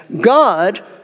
God